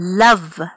love